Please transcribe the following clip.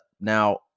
Now